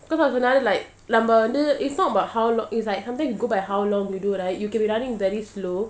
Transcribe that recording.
(err)like நம்மவந்து:namma vandhu it's not about how long it's like sometimes you go by how long you do right you can be running very slow